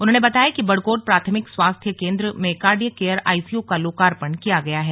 उन्होंने बताया कि बड़कोट प्राथमिक स्वास्थ्य केंद्र में कार्डियक केयर आईसीयू का लोकार्पण किया गया है